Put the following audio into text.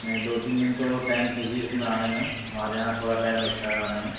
نہیں دو تین دِن تو ٹائم چاہیے اِس میں آنے میں ہمارے یہاں تھوڑا ٹائم لگتا ہے آنے میں